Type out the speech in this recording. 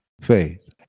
faith